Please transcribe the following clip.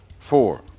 Four